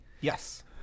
Yes